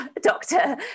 doctor